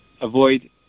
avoid